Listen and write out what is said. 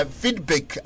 feedback